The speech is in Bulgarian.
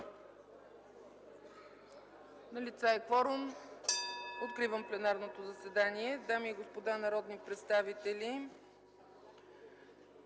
Налице е кворум, откривам пленарното заседание. (Звъни.) Дами и господа народни представители,